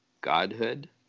Godhood